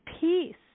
peace